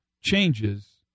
changes